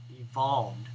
evolved